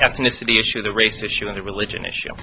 ethnicity issue the race issue and religion issue